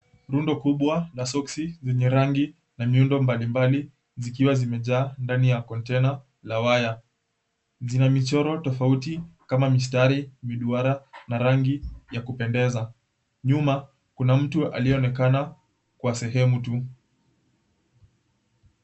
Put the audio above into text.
Rundo kubwa la soksi zenye rangi na miundo mbalimbali zikiwa zimejaa ndani ya container la waya. Zina michoro tofauti kama mistari viduara na rangi ya kupendeza, nyuma kuna mtu aliyeonekana kwa sehemu tu.